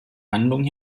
handlung